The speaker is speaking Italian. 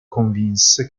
convinse